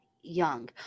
young